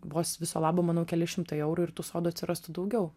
vos viso labo manau keli šimtai eurų ir tų sodų atsirastų daugiau